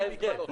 מה ההבדל?